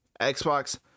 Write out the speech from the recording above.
Xbox